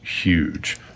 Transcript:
huge